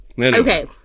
Okay